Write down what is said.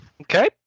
Okay